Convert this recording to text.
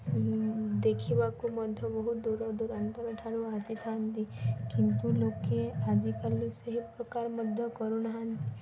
ଦେଖିବାକୁ ମଧ୍ୟ ବହୁତ ଦୂରଦୂରାନ୍ତରଠାରୁ ଆସିଥାନ୍ତି କିନ୍ତୁ ଲୋକେ ଆଜିକାଲି ସେହି ପ୍ରକାର ମଧ୍ୟ କରୁନାହାନ୍ତି